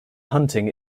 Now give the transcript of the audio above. hunting